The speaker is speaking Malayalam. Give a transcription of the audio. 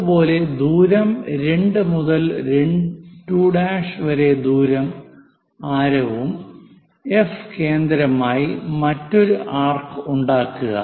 അതുപോലെ ദൂരം 2 മുതൽ 2' വരെ ദൂരം ആരവും എഫ് കേന്ദ്രമായി മറ്റൊരു ആർക്ക് ഉണ്ടാക്കുക